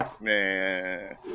man